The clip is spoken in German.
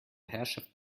herrschaft